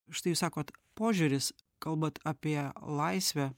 štai jūs sakot požiūris kalbat apie laisvę